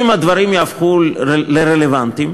אם הדברים יהפכו לרלוונטיים,